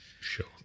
Sure